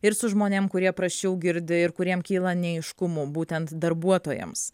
ir su žmonėm kurie prasčiau girdi ir kuriem kyla neaiškumų būtent darbuotojams